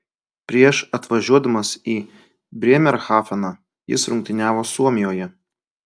prieš atvažiuodamas į brėmerhafeną jis rungtyniavo suomijoje